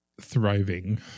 Thriving